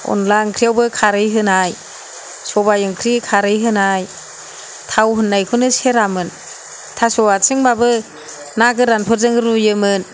अनला ओंख्रियावबो खारै होनाय सबाइ ओंख्रि खारै होनाय थाव होननायखौनो सेरामोन थास' आथिंबाबो ना गोरानफोरजों रुयोमोन